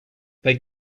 they